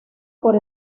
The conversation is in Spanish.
por